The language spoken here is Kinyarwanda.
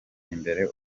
imbere